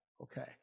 Okay